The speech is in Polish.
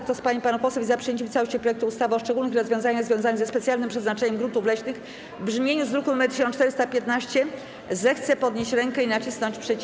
Kto z pań i panów posłów jest przyjęciem w całości projektu ustawy o szczególnych rozwiązaniach związanych ze specjalnym przeznaczeniem gruntów leśnych, w brzmieniu z druku nr 1415, zechce podnieść rękę i nacisnąć przycisk.